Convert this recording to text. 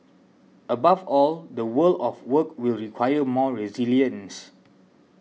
above all the world of work will require more resilience